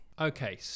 Okay